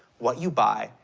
what you buy,